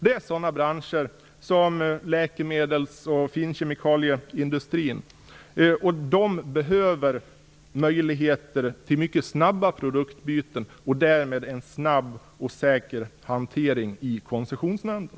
Det är sådana branscher som läkemedels och finkemikalieindustrin, och de behöver möjligheter till mycket snabba produktbyten, och därmed en snabb och säker hantering i Koncessionsnämnden.